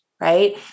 right